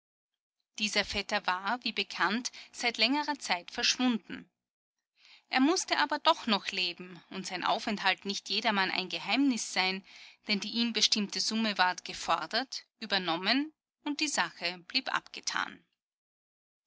dieser vetter war wie bekannt seit längerer zeit verschwunden er mußte aber doch noch leben und sein aufenthalt nicht jedermann ein geheimnis sein denn die ihm bestimmte summe ward gefordert übernommen und die sache blieb abgetan